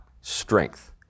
strength